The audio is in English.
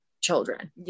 children